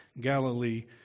Galilee